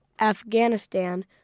Afghanistan